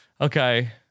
Okay